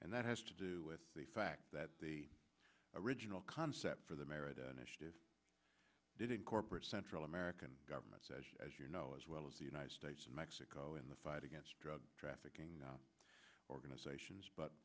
and that has to do with the fact that the original concept for the married an initiative did incorporate central american governments as as you know as well as the united states and mexico in the fight against drug trafficking organizations but